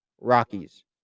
Rockies